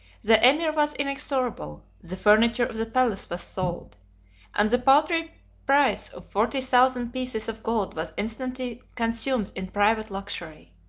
the emir was inexorable the furniture of the palace was sold and the paltry price of forty thousand pieces of gold was instantly consumed in private luxury.